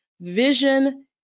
vision